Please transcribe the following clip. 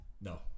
No